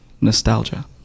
Nostalgia